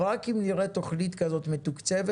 אבל רק אם נראה תכנית כזו מתוקצבת